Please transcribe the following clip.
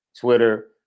Twitter